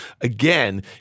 again